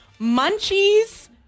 munchies